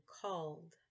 called